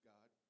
God